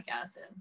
acid